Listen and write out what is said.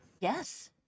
Yes